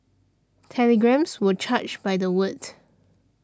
telegrams were charged by the word